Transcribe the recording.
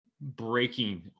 breaking